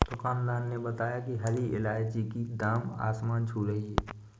दुकानदार ने बताया कि हरी इलायची की दाम आसमान छू रही है